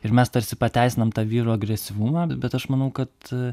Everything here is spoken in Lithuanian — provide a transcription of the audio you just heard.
ir mes tarsi pateisinam tą vyrų agresyvumą bet aš manau kad